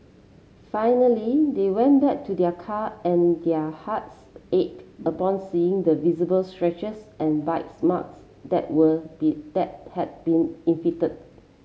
finally they went back to their car and their hearts ache upon seeing the visible stretches and bites marts that were be that had been